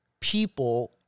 people